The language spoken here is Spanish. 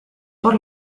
por